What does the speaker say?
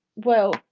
well,